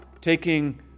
taking